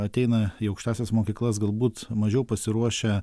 ateina į aukštąsias mokyklas galbūt mažiau pasiruošę